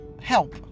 help